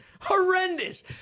Horrendous